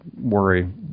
worry